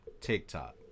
TikTok